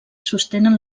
sostenen